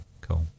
cool